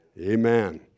Amen